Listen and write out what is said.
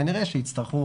כנראה שיצטרכו